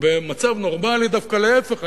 ובמצב נורמלי דווקא להיפך,